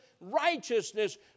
righteousness